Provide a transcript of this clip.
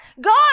God